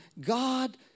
God